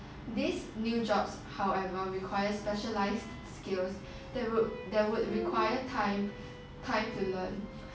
these new jobs however requires specialised skills that would that would require time time to learn